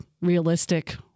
realistic